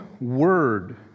word